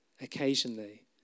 occasionally